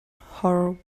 horror